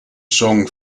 song